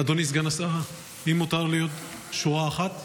אדוני סגן השר, האם מותר לי עוד שורה אחת?